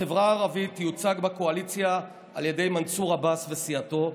החברה הערבית תיוצג בקואליציה על ידי מנסור עבאס וסיעתו.